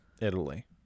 Italy